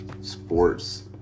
sports